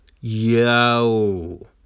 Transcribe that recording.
yo